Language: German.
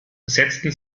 setzten